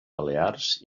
balears